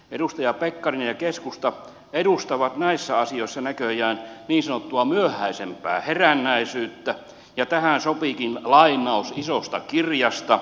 edustaja pekkarinen ja keskusta edustavat näissä asioissa näköjään niin sanottua myöhäisempää herännäisyyttä ja tähän sopiikin lainaus isosta kirjasta